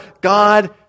God